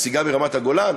נסיגה מרמת-הגולן.